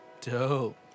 Dope